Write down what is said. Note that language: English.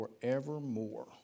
forevermore